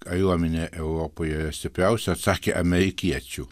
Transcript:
kariuomenė europoje stipriausia atsakė amerikiečių